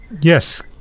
Yes